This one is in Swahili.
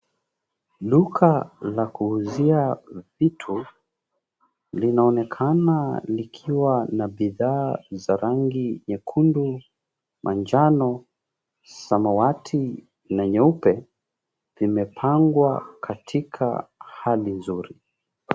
Duka la kuuzia vitu linaonekana likiwa na bidhaa za rangi nyekundu, manjano, samawati, na nyeupe, limepangwa katika hali nzuri.